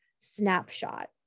snapshot